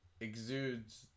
exudes